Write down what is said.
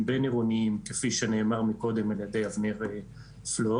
בין עירוניים כפי שנאמר קודם על ידי אבנר פלור.